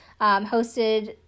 hosted